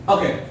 Okay